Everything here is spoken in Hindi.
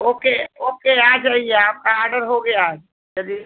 ओके ओके आ जाइए आपका आडर हो गया है चलिए